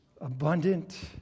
abundant